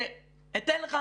אתן לך